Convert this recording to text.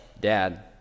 Dad